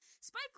Spike